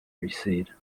recede